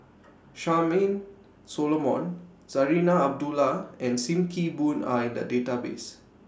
Charmaine Solomon Zarinah Abdullah and SIM Kee Boon Are in The Database